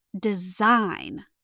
design